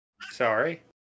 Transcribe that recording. Sorry